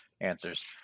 answers